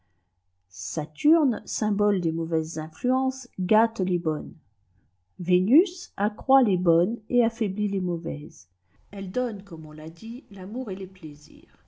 saturne symbole des mauvaises influences gâte les bonnes vénus accroît les bonnes et affaiblit les mauvaises elle donne comme on l'a dit l'amour et les plaisirs